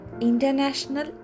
International